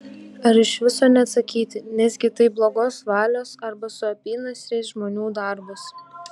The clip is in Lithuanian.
ar iš viso neatsakyti nesgi tai blogos valios arba su apynasriais žmonių darbas